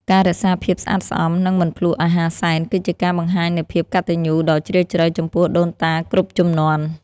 ការរក្សាភាពស្អាតស្អំ និងមិនភ្លក្សអាហារសែន គឺជាការបង្ហាញនូវភាពកតញ្ញូដ៏ជ្រាលជ្រៅចំពោះដូនតាគ្រប់ជំនាន់។